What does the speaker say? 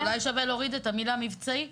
אז אולי שווה להוריד את המילה "מבצעי".